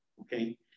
Okay